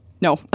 No